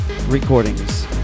Recordings